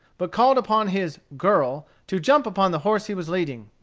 but called upon his girl to jump upon the horse he was leading.